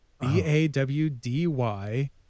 B-A-W-D-Y